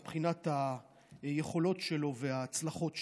מבחינת היכולות שלו וההצלחות שלו,